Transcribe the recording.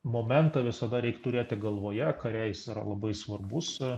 momentą visada reik turėti galvoje kare jis labai svarbus